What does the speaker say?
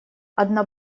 одна